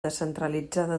descentralitzada